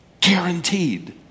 Guaranteed